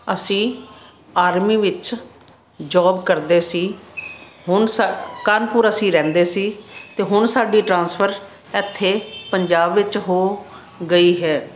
ਅਸੀਂ ਆਰਮੀ ਵਿੱਚ ਜੋਬ ਕਰਦੇ ਸੀ ਹੁਣ ਸਾ ਕਾਨਪੁਰ ਅਸੀਂ ਰਹਿੰਦੇ ਸੀ ਅਤੇ ਹੁਣ ਸਾਡੀ ਟਰਾਂਸਫਰ ਇੱਥੇ ਪੰਜਾਬ ਵਿੱਚ ਹੋ ਗਈ ਹੈ